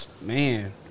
man